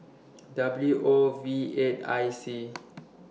W O V eight I C